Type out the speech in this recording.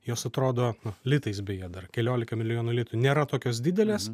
jos atrodo litais beje dar keliolika milijonų litų nėra tokios didelės